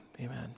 Amen